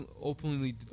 openly